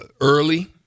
early